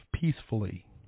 peacefully